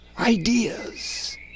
ideas